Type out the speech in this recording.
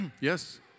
Yes